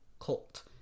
cult